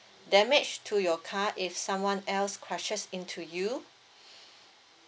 damage to your car if someone else crashes into you